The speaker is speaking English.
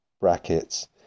brackets